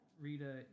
Rita